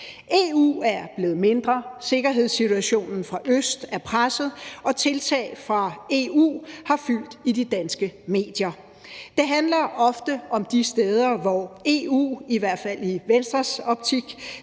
EU er blevet mindre, sikkerhedssituationen fra øst er presset, og tiltag fra EU har fyldt i de danske medier. Det handler ofte om de steder, hvor EU træder ved siden af, i hvert fald i Venstres optik;